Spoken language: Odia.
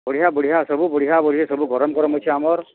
ବଢ଼ିଆ ବଢ଼ିଆ ସବୁ ବଢ଼ିଆ ବଢ଼ିଆ ସବୁ ଗରମ୍ ଗରମ୍ ଅଛେ ଆମର୍